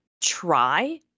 try